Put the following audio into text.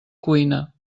cuina